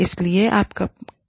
इसलिए आप कंपार्टमेंटल करें